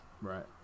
Right